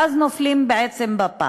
ואז נופלים בפח.